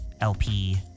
LP